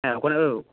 হ্যাঁ